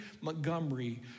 Montgomery